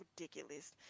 ridiculous